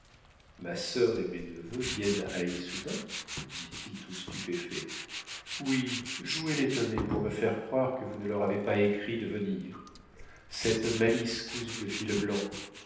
ma sœur et mes neveux viennent à issoudun dit-il tout stupéfait oui jouez l'étonné pour me faire croire que vous ne leur avez pas écrit de venir cette malice cousue de fil blanc